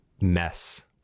mess